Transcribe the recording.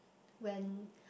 when